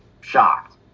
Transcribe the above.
shocked